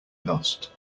lost